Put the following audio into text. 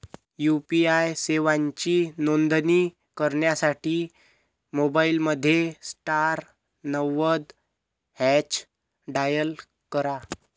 UPI सेवांची नोंदणी करण्यासाठी मोबाईलमध्ये स्टार नव्वद हॅच डायल करा